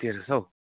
तेह्र सय